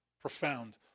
profound